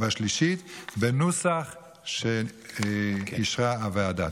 בנוסח שאישרה הוועדה.